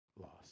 lost